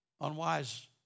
unwise